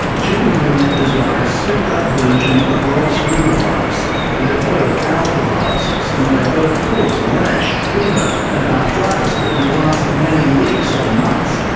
chikungunya is like a souped-up version of ross river virus. they're both alphaviruses, and they both cause a rash, fever, and arthritis that can last many weeks or months.